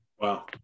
Wow